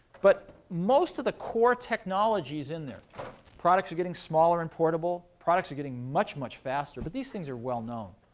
but most of the core technologies in there products are getting smaller and portable. products are getting much, much faster. but these things are well known.